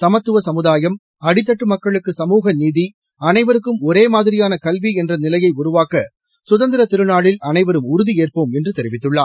சமத்துவ சமுதாயம் அடித்தட்டு மக்களுக்கு சமூகநீதி அனைவருக்கும் ஒரே மாதிரியான கல்வி என்ற நிலையை உருவாக்க சுதந்திர திருநாளில் அனைவரும் உறுதியேற்போம் என்று தெரிவித்துள்ளார்